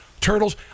Turtles